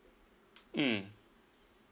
mm